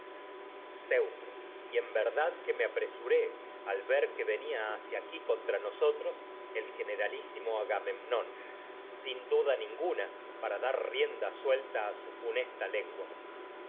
venía y verdad me apresuré al que hacia aquí contra nosotros el generalísimo agasu memnón funesta sin duda ninguna para dar rienda suelta a